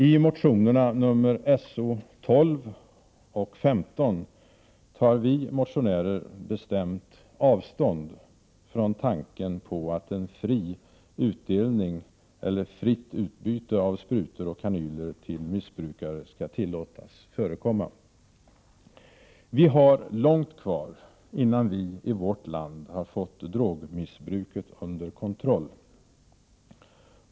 I motionerna S012 och 15 tar vi motionärer bestämt avstånd från tanken på att en fri utdelning eller fritt utbyte av sprutor och kanyler till missbrukare skall tillåtas förekomma. Vi har långt kvar innan vi i vårt land har fått drogmissbruket under kontroll.